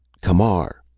camar!